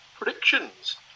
predictions